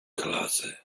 klasy